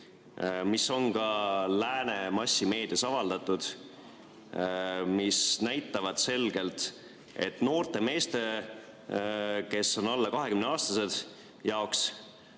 mida on ka lääne massimeedias avaldatud ja mis näitavad selgelt, et noorte meeste jaoks, kes on alla 20-aastased,